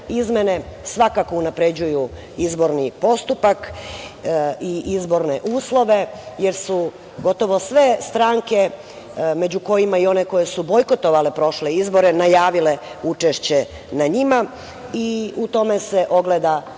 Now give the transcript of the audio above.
izmene svakako unapređuju izborni postupak i izborne uslove, jer su gotovo sve stranke među kojima i one koje su bojkotovale prošle izbore, najavile učešće na njima i u tome se ogleda